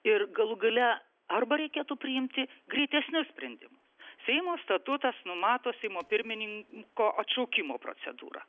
ir galų gale arba reikėtų priimti greitesnius sprendimus seimo statutas numato seimo pirmininko atšaukimo procedūrą